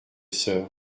sœur